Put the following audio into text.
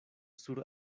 sur